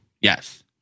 Yes